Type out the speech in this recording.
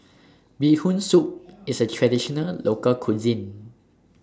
Bee Hoon Soup IS A Traditional Local Cuisine